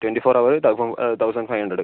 twenty four hour thousand thousand five hundred